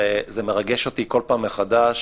וזה מרגש אותי כל פעם מחדש,